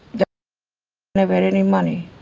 they never had any money.